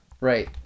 right